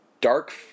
dark